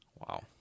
Wow